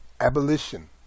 Abolition